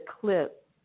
clip